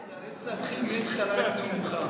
אתה תיאלץ להתחיל מתחילת נאומך.